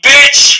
Bitch